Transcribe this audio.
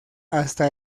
hasta